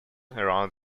around